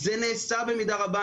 זה נעשה במידה רבה,